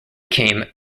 came